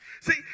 See